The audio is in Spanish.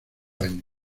año